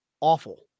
awful